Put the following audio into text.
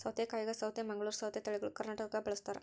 ಸೌತೆಕಾಯಾಗ ಸೌತೆ ಮಂಗಳೂರ್ ಸೌತೆ ತಳಿಗಳು ಕರ್ನಾಟಕದಾಗ ಬಳಸ್ತಾರ